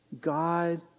God